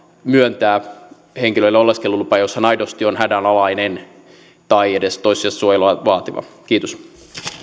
myöntää henkilölle oleskelulupa jos hän aidosti on hädänalainen tai edes toissijaista suojelua vaativa kiitos